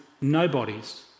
nobodies